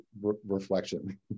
reflection